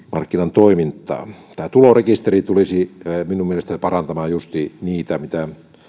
toimintaa tulorekisteri tulisi minun mielestäni parantamaan justiin niitä mitä